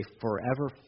forever